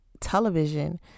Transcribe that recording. television